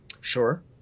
Sure